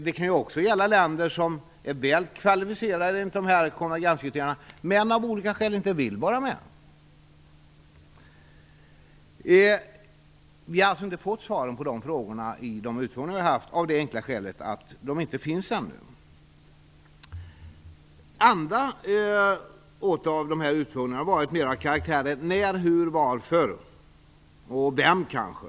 Det kan också gälla länder som är väl kvalificerade i förhållande till konvergenskriterierna, men av olika skäl inte vill vara med. Vi har alltså inte fått svaren på de frågorna i de utfrågningar som vi har haft, av det enkla skälet att de inte finns ännu. Andra utfrågningar har varit mer av karaktären "när, hur och varför", och kanske också "vem".